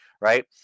right